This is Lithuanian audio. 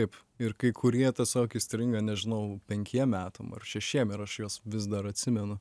taip ir kai kurie tiesiog įstringa nežinau penkiem metam ar šešiem ir aš juos vis dar atsimenu